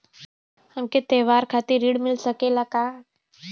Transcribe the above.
हमके त्योहार खातिर त्रण मिल सकला कि ना?